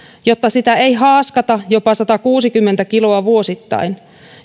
jotta sitä ei haaskata jopa satakuusikymmentä kiloa vuosittain